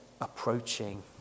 approaching